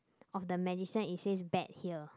of the magician it says bet here